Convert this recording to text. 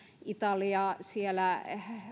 italiassa